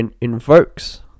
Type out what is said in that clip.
invokes